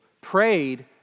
Prayed